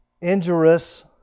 injurious